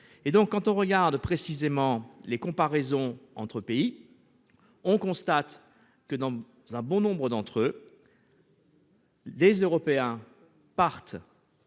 et donc quand on regarde précisément les comparaisons entre pays. On constate que dans un bon nombre d'entre eux. Les Européens partent.